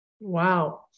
Wow